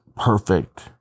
perfect